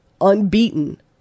unbeaten